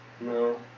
No